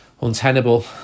Untenable